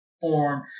form